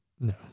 No